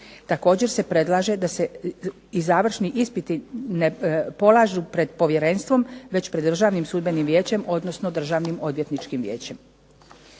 Također se predlaže da se i završni ispiti ne polažu pred Povjerenstvom već pred Državnim sudbenim vijećem, odnosno Državnim odvjetničkim vijećem.